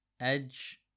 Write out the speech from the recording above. Edge